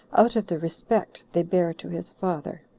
out of the respect they bare to his father.